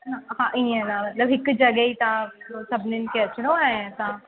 हा ईअं न मतिलब हिक जॻह ई तव्हां सभिनीनि खे अचिणो ऐं तव्हां